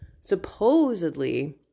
supposedly